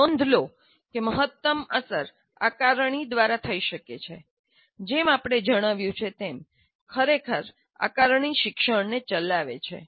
નોંધ લો કે મહત્તમ અસર આકારણી દ્વારા થઈ શકે છે જેમ આપણે જણાવ્યું છે તેમ ખરેખર'આકારણી શિક્ષણને ચલાવે છે